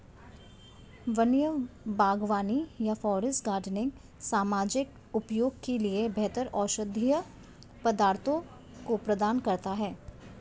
वन्य बागवानी या फॉरेस्ट गार्डनिंग सामाजिक उपयोग के लिए बेहतर औषधीय पदार्थों को प्रदान करता है